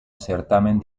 certamen